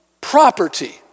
property